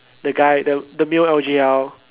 the guy the the male L_G_L